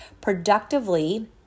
Productively